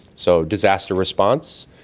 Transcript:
so disaster response,